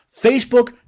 Facebook